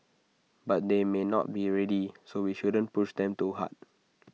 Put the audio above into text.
but they may not be ready so we shouldn't push them too hard